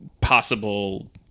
possible